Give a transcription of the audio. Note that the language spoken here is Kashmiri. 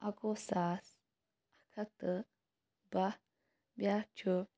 اَکوُہ ساس اکھ ہتھ تہٕ بہہ بیاکھ چھُ